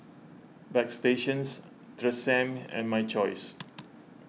Bagstationz Tresemme and My Choice